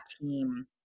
team